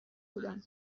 بودم